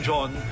John